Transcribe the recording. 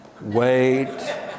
Wait